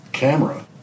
Camera